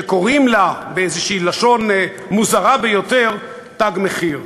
שקוראים לה באיזושהי לשון מוזרה ביותר "תג מחיר".